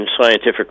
scientific